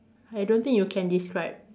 I don't think you can describe